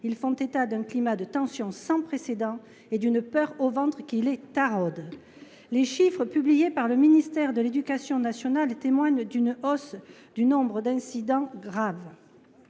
ils font état d’un climat de tensions sans précédent et d’une peur au ventre qui les taraude. Les chiffres publiés par le ministère de l’éducation nationale témoignent d’une hausse du nombre d’incidents graves.